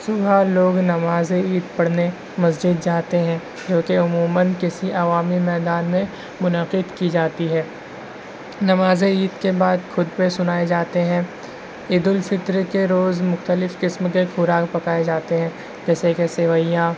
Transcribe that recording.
صبح لوگ نمازِ عید پڑھنے مسجد جاتے ہیں جو کہ عموماً کسی عوامی میدان میں منعقد کی جاتی ہے نماز عید کے بعد خطبے سنائے جاتے ہیں عید الفطر کے روز مختلف قسم کے خوراک پکائے جاتے ہیں جیسے کہ سیویاں